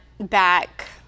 back